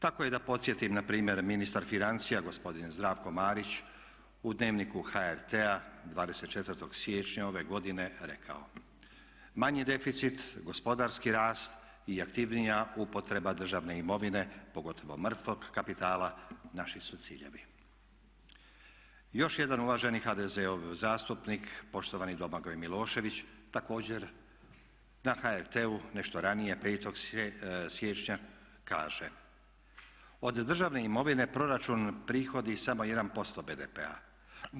Tako je da podsjetim na primjer ministar financija gospodin Zdravko Marić u Dnevniku HRT-a 24. siječnja ove godine rekao: "Manji deficit, gospodarski rast i aktivnija upotreba državne imovine pogotovo mrtvog kapitala naši su ciljevi." Još jedan uvaženi HDZ-ov zastupnik poštovani Domagoj Milošević također na HRT-u nešto ranije, 5. siječnja, kaže: "Od državne imovine proračun prihodi samo 1% BDP-a.